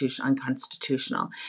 unconstitutional